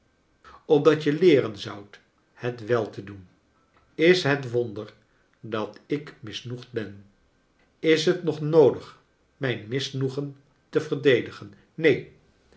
je leeren zoudt het wel te doen is het wonder dat ik misnoegd ben i is het nog noodig mijn misnoegen te verdedigen neen